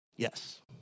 Yes